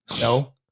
No